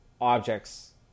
objects